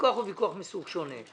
הוויכוח הוא מסוג שונה.